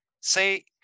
say